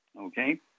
okay